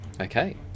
Okay